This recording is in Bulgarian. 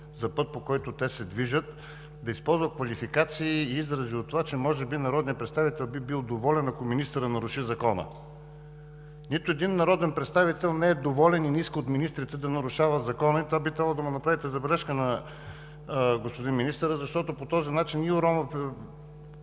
за път, по който те се движат, да използва квалификации и изрази, че може би народният представител би бил доволен, ако министърът наруши закона. Нито един народен представител не е доволен и не иска от министрите да нарушават закона. Затова би трябвало да направите забележка на господин министъра, защото по този начин се уронва